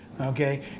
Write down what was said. okay